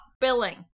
billing